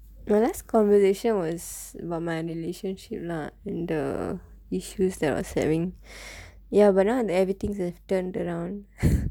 my last conversation was about my relationship lah and the issues that I was having ya but then now everything's have turned around